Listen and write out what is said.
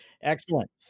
Excellent